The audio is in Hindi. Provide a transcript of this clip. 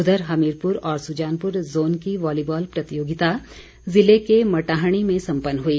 उघर हमीरपुर और सुजानपुर जोन की वॉलीबॉल प्रतियोगिता जिले के मटाहणी में संपन्न हुई